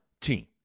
team